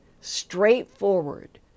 straightforward